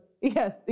Yes